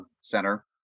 center